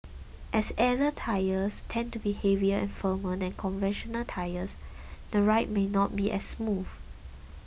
as airless tyres tend to be heavier and firmer than conventional tyres the ride may not be as smooth